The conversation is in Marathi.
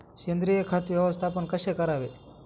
सेंद्रिय खत व्यवस्थापन कसे करावे?